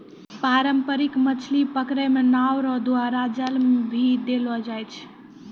पारंपरिक मछली पकड़ै मे नांव रो द्वारा जाल भी देलो जाय छै